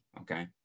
okay